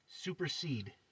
supersede